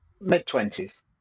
mid-twenties